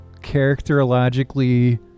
characterologically